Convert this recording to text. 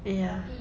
ya